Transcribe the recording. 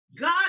god